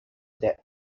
death